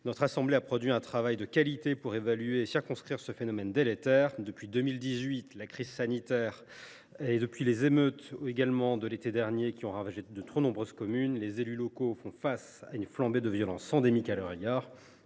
Notre assemblée a produit un travail de qualité pour évaluer et circonscrire ce phénomène délétère. Depuis la crise sanitaire de 2018 et les émeutes de l’été dernier, qui ont ravagé de trop nombreuses communes, les élus locaux font face à une flambée de violence endémique à leur égard.